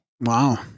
Wow